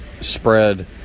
spread